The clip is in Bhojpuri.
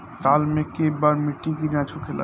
साल मे केए बार मिट्टी के जाँच होखेला?